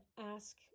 ask